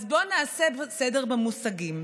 אז בואו נעשה סדר במושגים.